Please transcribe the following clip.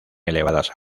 elevadas